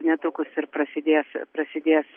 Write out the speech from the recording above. netrukus ir prasidės prasidės